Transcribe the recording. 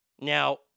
Now